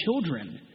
children